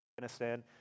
Afghanistan